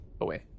away